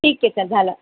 ठीक आहे सर झालं